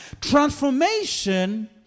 Transformation